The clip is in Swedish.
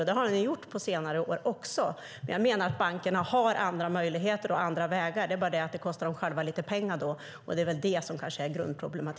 Det har den ju gjort på senare år också, men jag menar att bankerna har andra möjligheter och andra vägar, men det kostar dem själva lite pengar, och det är väl det som är grundproblemet.